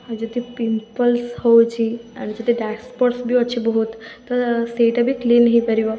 ଆଉ ଯଦି ପିମ୍ପଲ୍ସ ହେଉଛି ଆଉ ଯଦି ଯଦି ଡାର୍କସ୍ପଟ୍ସ୍ ବି ଅଛି ବହୁତ ତ ସେଇଟା ବି କ୍ଲିନ୍ ହେଇପାରିବ